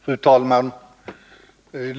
Fru talman!